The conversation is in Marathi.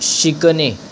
शिकने